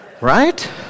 right